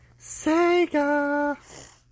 Sega